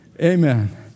Amen